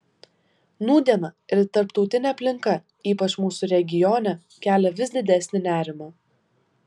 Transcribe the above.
nūdiena ir tarptautinė aplinka ypač mūsų regione kelia vis didesnį nerimą